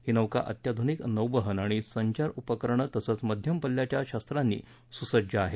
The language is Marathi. ही नौका अत्याध्निक नौवहन आणि संचार उपकरणं तसंच मध्यम पल्याच्या शस्त्रास्त्रांनी सुसज्ज आहे